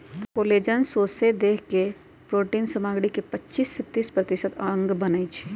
collagen सौसे देह के प्रोटिन सामग्री के पचिस से तीस प्रतिशत अंश बनबइ छइ